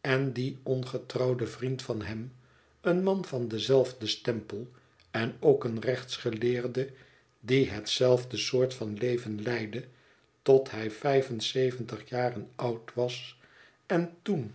en dien ongetrouwden vriend van hem een man van denzelfden stempel en ook een rechtsgeleerde die hetzelfde soort van leven leidde tot hij vijf en zeventig jaren oud was en toen